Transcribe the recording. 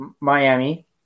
Miami